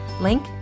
Link